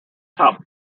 top